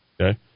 okay